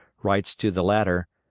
writes to the latter,